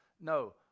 No